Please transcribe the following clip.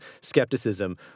skepticism